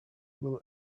will